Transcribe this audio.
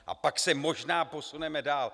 A pak se možná posuneme dál.